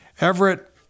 Everett